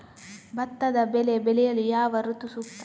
ಭತ್ತದ ಬೆಳೆ ಬೆಳೆಯಲು ಯಾವ ಋತು ಸೂಕ್ತ?